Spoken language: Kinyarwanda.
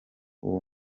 uwo